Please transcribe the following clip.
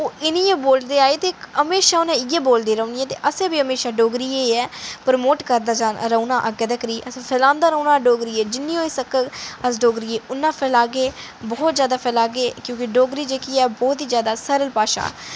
ओह् इ'यै बोलदे आए ते म्हेशां उ'नें इ'यै बोलदी रौह्नी ऐ ते असें बी म्हेशां डोगरी ई गै पर्मोट करदे जाना रौह्ना अग्गें तक्कर ई असें फैलांदे रौह्ना डोगरी गी जिन्नी होई सकग अस डोगरी गी उन्ना फैलागे बहुत जैदा फैलागे क्योंकि डोगरी जेह्की ऐ बहुत ई जैदा सरल भाशा